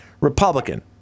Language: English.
Republican